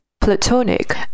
platonic